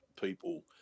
people